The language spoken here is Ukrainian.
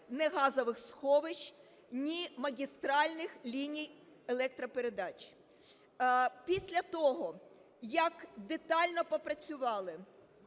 ні газових сховищ, ні магістральних ліній електропередач. Після того, як детально попрацювали